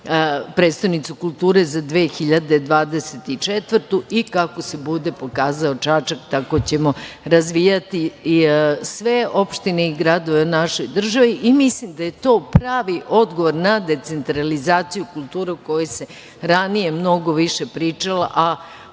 prestonicu kulture za 2024. godine i kako se bude pokazao Čačak tako ćemo razvijati sve opštine i gradove u našoj državi. Mislim da je to pravi odgovor na decentralizaciju kulture o kojoj se ranije mnogo više pričalo, a